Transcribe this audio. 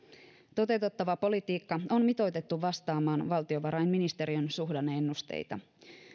toteutettava politiikka on mitoitettu vastaamaan valtiovarainministeriön suhdanne ennusteita